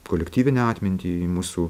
kolektyvinę atmintį į mūsų